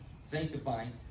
sanctifying